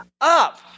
up